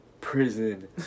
prison